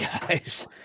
guys